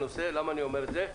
למה אני אומר את זה?